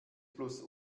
plus